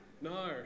No